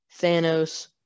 thanos